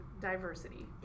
diversity